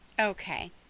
Okay